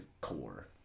core